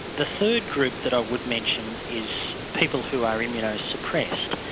the third group that i would mention is people who are immuno suppressed,